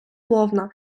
повна